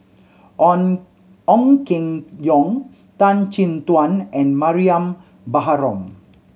On Ong Keng Yong Tan Chin Tuan and Mariam Baharom